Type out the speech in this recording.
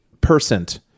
percent